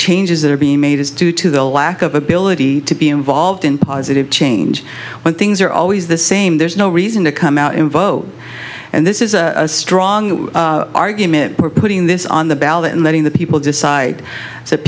changes that are being made is due to the lack of ability to be involved in positive change when things are always the same there's no reason to come out and vote and this is a strong argument for putting this on the ballot and letting the people decide